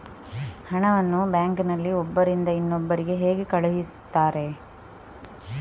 ಹಣವನ್ನು ಬ್ಯಾಂಕ್ ನಲ್ಲಿ ಒಬ್ಬರಿಂದ ಇನ್ನೊಬ್ಬರಿಗೆ ಹೇಗೆ ಕಳುಹಿಸುತ್ತಾರೆ?